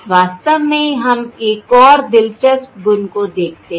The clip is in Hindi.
वास्तव में हम एक और दिलचस्प गुण को देखते हैं